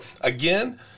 again